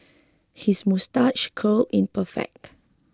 his moustache curl in perfect